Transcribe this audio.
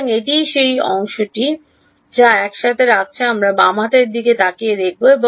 সুতরাং এটিই এই শেষ অংশটি যা একসাথে রাখছে আমরা বাম হাতের দিকে তাকিয়ে দেখব